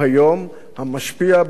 המשפיע ביותר לרעה.